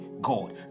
God